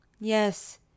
Yes